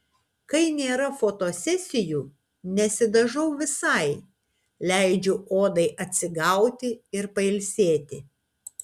kai nėra fotosesijų nesidažau visai leidžiu odai atsigauti ir pailsėti